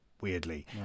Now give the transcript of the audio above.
weirdly